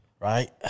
Right